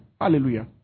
Hallelujah